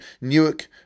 Newark